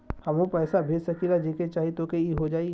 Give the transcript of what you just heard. हमहू पैसा भेज सकीला जेके चाही तोके ई हो जाई?